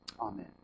Amen